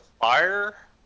fire